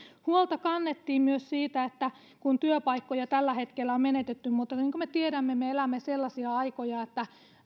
huolta kannettiin myös siitä että työpaikkoja tällä hetkellä on menetetty mutta niin kuin me tiedämme me elämme sellaisia aikoja että